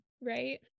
right